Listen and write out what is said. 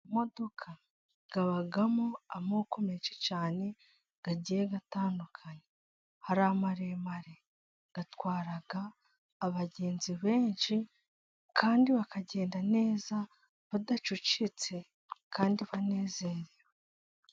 Imodoka zibamo amoko menshi cyane agiye atandukanye. Hari amaremare atwaraga abagenzi benshi, kandi bakagenda neza badacecitse, kandi banezerewe.